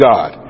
God